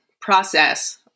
process